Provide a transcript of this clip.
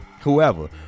whoever